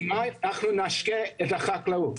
במה נשקה את החקלאות?